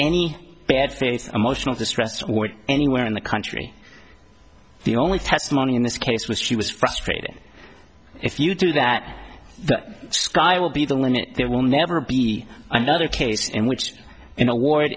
any bad faith emotional distress or anywhere in the country the only testimony in this case was she was frustrated if you do that the sky will be the limit there will never be another case in which an awar